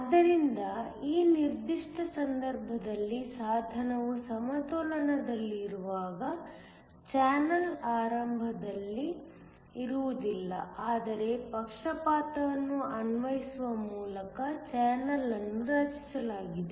ಆದ್ದರಿಂದ ಈ ನಿರ್ದಿಷ್ಟ ಸಂದರ್ಭದಲ್ಲಿ ಸಾಧನವು ಸಮತೋಲನದಲ್ಲಿರುವಾಗ ಚಾನಲ್ ಆರಂಭದಲ್ಲಿ ಇರುವುದಿಲ್ಲ ಆದರೆ ಪಕ್ಷಪಾತವನ್ನು ಅನ್ವಯಿಸುವ ಮೂಲಕ ಚಾನಲ್ ಅನ್ನು ರಚಿಸಲಾಗಿದೆ